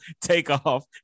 Takeoff